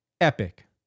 epic